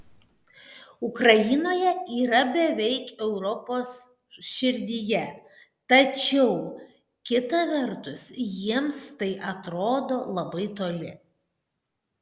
ukrainoje yra beveik europos širdyje tačiau kita vertus jiems tai atrodo labai toli